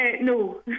no